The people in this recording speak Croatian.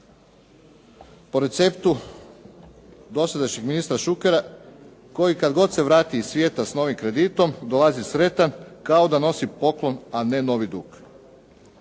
Po receptu dosadašnjeg ministra Šukera koji kada se god vrati iz svijeta sa novim kreditom, dolazi sretan kao da nosi poklon, a ne novi dug.